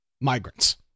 migrants